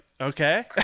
okay